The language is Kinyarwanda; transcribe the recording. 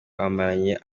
bamaranye